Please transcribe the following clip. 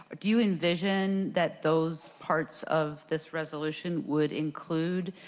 do you envision that those parts of this resolution would include